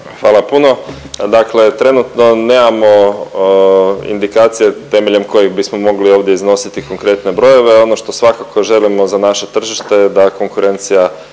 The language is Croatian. Hvala puno. Dakle trenutno nemamo indikacije temeljem kojih bismo mogli ovdje iznositi konkretne brojeve. Ono što svakako želimo za naše tržište da konkurencija